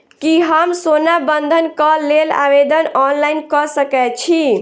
की हम सोना बंधन कऽ लेल आवेदन ऑनलाइन कऽ सकै छी?